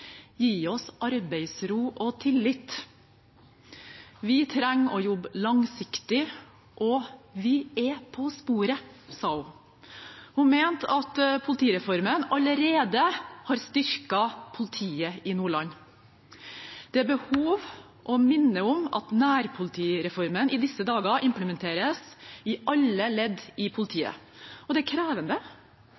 Gi oss arbeidsro og tillit. Vi trenger å jobbe langsiktig, og vi er på sporet, sa hun. Hun mente at politireformen allerede har styrket politiet i Nordland. Det er behov for å minne om at nærpolitireformen i disse dager implementeres i alle ledd i